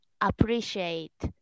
appreciate